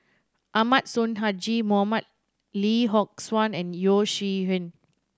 Ahmad Sonhadji Mohamad Lee Yock Suan and Yeo Shih Yun